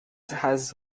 has